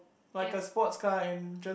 like a sport car and just